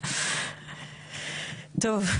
טוב,